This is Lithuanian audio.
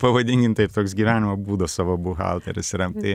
pavadinkim taip toks gyvenimo būdas savo buhalteris yra tai